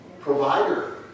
Provider